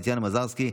טטיאנה מזרסקי,